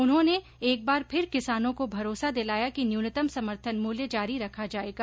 उन्होने एक बार फिर किसानों को भरोसा दिलाया कि न्यूनतम समर्थेन मूल्य जारी रखा जायेगा